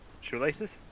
shoelaces